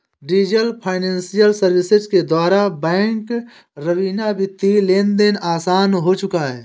diesel financial services के द्वारा bank रवीना वित्तीय लेनदेन आसान हो चुका है